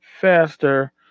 faster